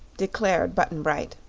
declared button-bright.